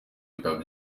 bikaba